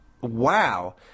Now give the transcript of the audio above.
wow